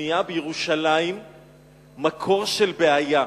בבנייה בירושלים מקור של בעיה?